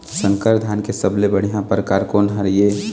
संकर धान के सबले बढ़िया परकार कोन हर ये?